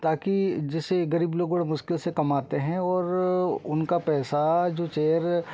ताकि जेसे गरीब लोग बड़ा मुश्किल से कमाते हैं और उनका पैसा जो चेयर